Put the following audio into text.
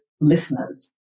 listeners